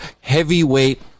heavyweight